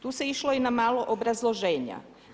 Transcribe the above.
Tu se išlo i na malo obrazloženja.